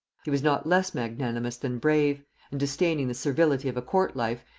he was not less magnanimous than brave and disdaining the servility of a court life,